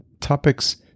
topics